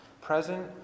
present